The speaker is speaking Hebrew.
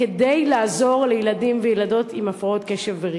כדי לעזור לילדים ולילדות עם הפרעות קשב וריכוז.